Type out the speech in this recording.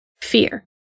Fear